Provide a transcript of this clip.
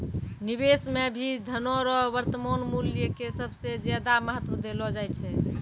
निवेश मे भी धनो रो वर्तमान मूल्य के सबसे ज्यादा महत्व देलो जाय छै